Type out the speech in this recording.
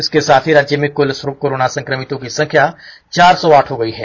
इसके साथ ही राज्य में कुल कोरोना संक्रमितों की संख्या चार सौ आठ हो गई है